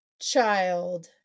child